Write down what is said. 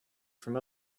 from